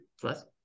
plus